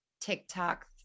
TikTok